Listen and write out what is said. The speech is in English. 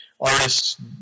artists